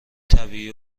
طبیعی